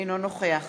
אינו נוכח